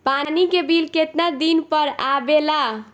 पानी के बिल केतना दिन पर आबे ला?